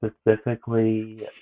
specifically